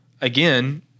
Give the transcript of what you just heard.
again